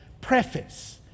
preface